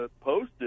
posted